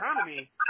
economy